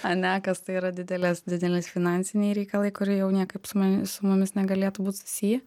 ane kas tai yra didelės didelės finansiniai reikalai kur jau niekaip su mani su mumis negalėtų būti susiję